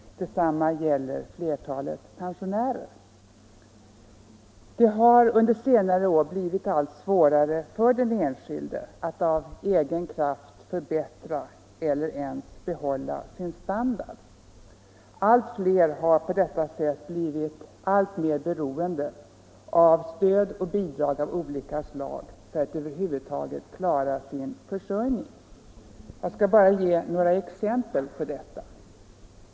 Detsamma gäller flertalet pensionärer. Det har under senare år blivit allt svårare för den enskilde att av egen kraft förbättra eller ens bibehålla sin standard. Allt fler har på detta sätt blivit alltmer beroende av stöd och bidrag av olika slag för att över huvud taget klara sin försörjning. Jag skall bara ge några exempel på detta.